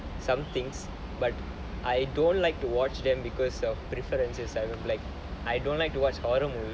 some things but I don't like to watch them because of preferences and like I don't like to watch horror movie